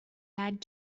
had